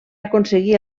aconseguí